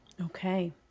Okay